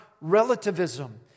relativism